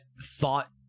thought